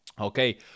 Okay